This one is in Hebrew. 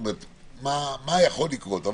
מה יכול לקרות.